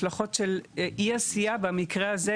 השלכות של אי עשייה במקרה הזה,